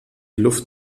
luft